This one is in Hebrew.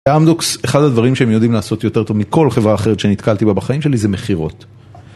אמדוקס אחד הדברים שהם יודעים לעשות יותר טוב מכל חברה אחרת שנתקלתי בה בחיים שלי זה מכירות.